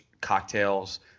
cocktails